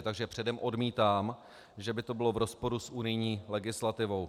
Takže předem odmítám, že by to bylo v rozporu s unijní legislativou.